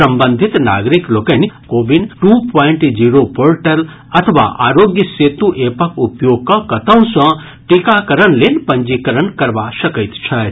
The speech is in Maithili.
संबंधित नागरिक लोकनि CoWIN two point zero portal अथवा आरोग्य सेतु एपक उपयोग कऽ कतहुं सँ टीकाकरण लेल पंजीकरण करबा सकैत छथि